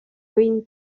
green